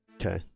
Okay